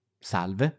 Salve